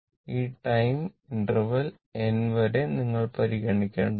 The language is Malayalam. ഈ ടൈം ഇന്റർവെൽ N വരെ നിങ്ങൾ പരിഗണിക്കേണ്ടതുണ്ട്